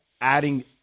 adding